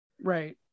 Right